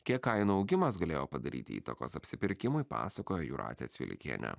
kiek kainų augimas galėjo padaryti įtakos apsipirkimui pasakoja jūratė cvilikienė